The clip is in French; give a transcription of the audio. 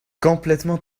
complètement